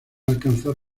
alcanzar